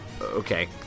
okay